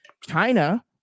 China